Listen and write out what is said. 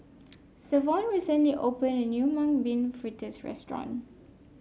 Savon recently opened a new Mung Bean Fritters restaurant